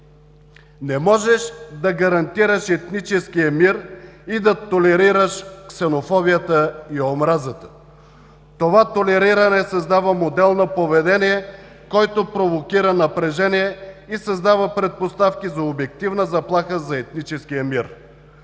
Не можеш да гарантираш етническия мир и да толерираш ксенофобията и омразата. Това толериране създава модел на поведение, който провокира напрежение и създава предпоставки за обективна заплаха за етническия мир.